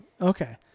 okay